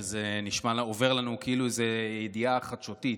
שזה עובר לנו כאילו זו ידיעה חדשותית,